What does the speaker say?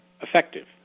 effective